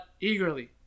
eagerly